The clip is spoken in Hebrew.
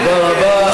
תודה רבה.